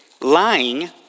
lying